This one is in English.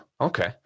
okay